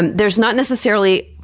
and there's not necessarily,